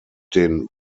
den